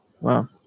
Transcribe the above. Wow